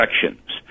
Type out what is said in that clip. sections